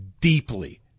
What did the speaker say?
deeply